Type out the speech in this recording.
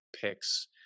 picks